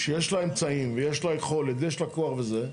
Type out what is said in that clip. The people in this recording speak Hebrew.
שיש לה אמצעים ויש לה יכולת ויש לה כוח וזה,